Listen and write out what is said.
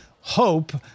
hope